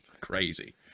crazy